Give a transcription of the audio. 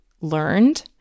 learned